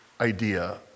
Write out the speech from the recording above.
idea